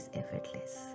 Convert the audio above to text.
effortless